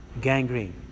gangrene